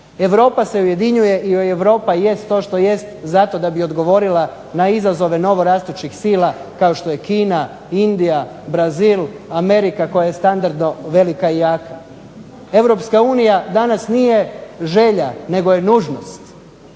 Europa se ujedinjuje i Europa jest to što jest zato da bi odgovorila na izazove novo rastućih sila kao što je Kina, Indija, Brazil, Amerika koja je standardno velika i jaka. Europska unija danas nije želja nego je nužnost.